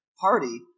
party